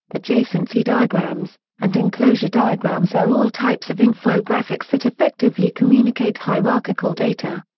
adjacency diagrams, and enclosure diagrams are all types of infographics that effectively communicate hierarchical data.